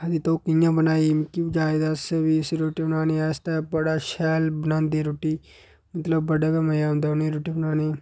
आखदे तूं कि'यां बनाई मिगी बी जाच दस भी उसी रुट्टी बनाने आस्तै ते बड़ा शैल बनांदे रुट्टी मतलब बड़ा गै मजा औंदा उ'नें गी रुट्टी बनाने गी